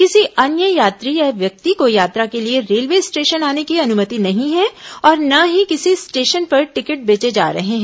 किसी अन्य यात्री या व्यक्ति को यात्रा के लिए रेलवे स्टेशन आने की अनुमति नहीं है और न ही किसी स्टेशन पर टिकट बेचे जा रहे हैं